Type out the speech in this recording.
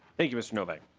thank you mr. novak.